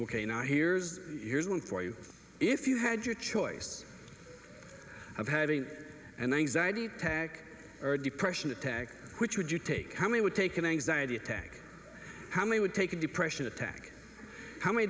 ok now here's here's one for you if you had your choice of having an anxiety attack or depression attack which would you take how many would take an anxiety attack how many would take a depression attack how many